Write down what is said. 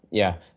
yeah.